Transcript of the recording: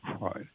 Right